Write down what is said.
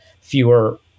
fewer